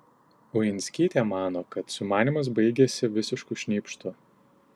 uinskytė mano kad sumanymas baigėsi visišku šnypštu